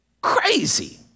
crazy